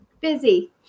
Busy